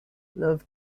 love